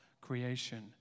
creation